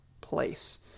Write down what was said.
place